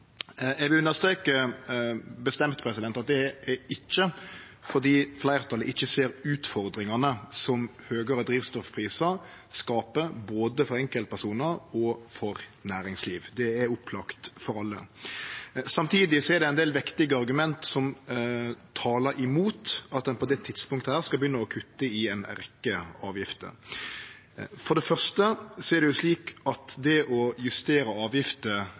Eg vil bestemt understreke at det er ikkje fordi fleirtalet ikkje ser utfordringane som høgare drivstoffprisar skapar både for enkeltpersonar og for næringsliv. Det er opplagt for alle. Samtidig er det ein del vektige argument som talar imot at ein på dette tidspunktet skal begynne å kutte i ei rekkje avgifter. For det første er det å justere avgifter